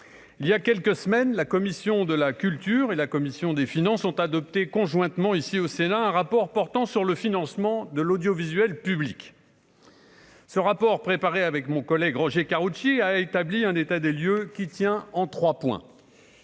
il y a quelques semaines, la commission de la culture et la commission des finances ont adopté conjointement ici au Sénat un rapport portant sur le financement de l'audiovisuel public. Ce rapport préparé avec mon collègue Roger Karoutchi a établi un état des lieux qui tient en 3 points